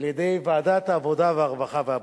על-ידי ועדת העבודה, הרווחה והבריאות.